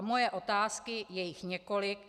Moje otázky je jich několik.